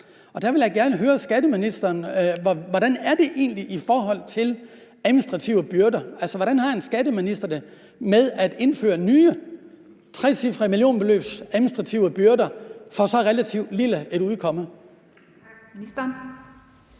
Der vil jeg gerne høre skatteministeren: Hvordan er det egentlig i forhold til administrative byrder? Hvordan har en skatteminister det med at indføre nye administrative byrder på trecifrede millionbeløb for så relativt lille et udbytte? Kl. 10:54 Den